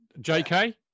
JK